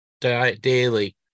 Daily